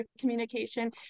communication